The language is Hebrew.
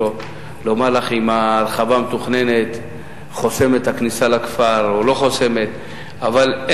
לומר לך, כמי שהשתתף בדיונים, שאין